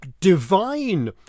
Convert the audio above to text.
divine